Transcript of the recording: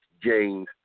James